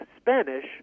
Spanish